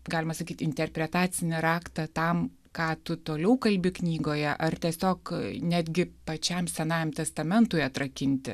galima sakyt interpretacinį raktą tam ką tu toliau kalbi knygoje ar tiesiog netgi pačiam senajam testamentui atrakinti